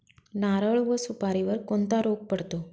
नारळ व सुपारीवर कोणता रोग पडतो?